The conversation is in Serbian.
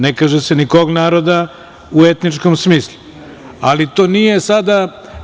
Ne kaže se ni kog naroda u etničkom smislu, ali to nije sada tema.